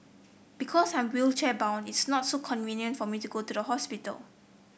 because I'm wheelchair bound it's not so convenient for me to go to the hospital